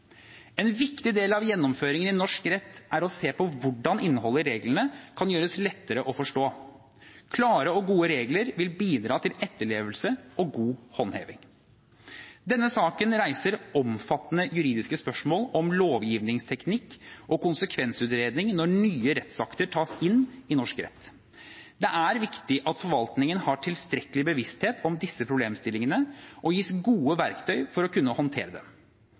En viktig del av gjennomføringen i norsk rett er å se på hvordan innholdet i reglene kan gjøres lettere å forstå. Klare og gode regler vil bidra til etterlevelse og god håndheving. Denne saken reiser omfattende juridiske spørsmål om lovgivningsteknikk og konsekvensutredning når nye rettsakter tas inn i norsk rett. Det er viktig at forvaltningen har tilstrekkelig bevissthet om disse problemstillingene og gis gode verktøy for å kunne håndtere dem.